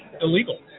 illegal